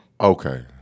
Okay